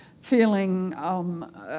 feeling